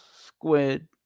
squid